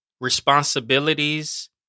responsibilities